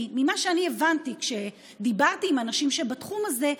כי ממה שאני הבנתי כשדיברתי עם האנשים שבתחום הזה,